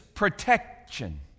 protection